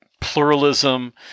pluralism